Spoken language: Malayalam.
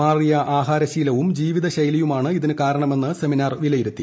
മാറിയ ആഹാരശീലവും ജീവിത ശൈലിയുമാണ് ഇതിന് കാരണമെന്ന് സെമിനാർ വിലയിരുത്തി